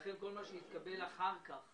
כל מה שהתקבל אחר כך